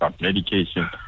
medication